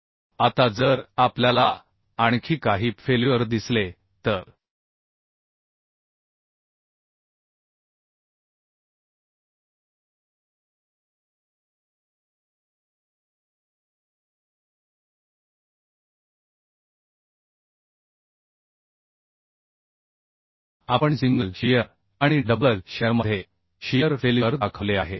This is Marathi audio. आता जर आपल्याला आणखी काही फेल्युअर दिसले तर आपण सिंगल शियर आणि डबल शियरमध्ये शियर फेल्युअर दाखवले आहे